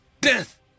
Death